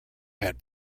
had